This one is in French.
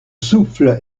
souffle